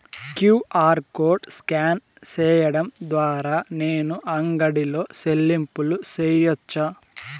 QR code scan సేయడం ద్వారా నేను అంగడి లో చెల్లింపులు సేయొచ్చా?